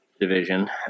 division